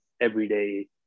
everyday